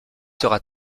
sera